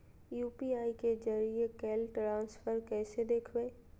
UPI के जरिए कैल ट्रांजेक्शन कैसे देखबै?